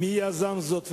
2. מי יזם זאת ומדוע?